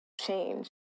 change